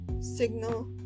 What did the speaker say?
signal